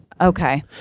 Okay